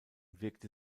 wirkte